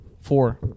four